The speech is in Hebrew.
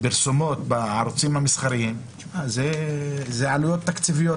פרסומות בערוצים המסחריים אז זה עלויות תקציביות